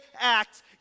act